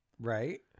Right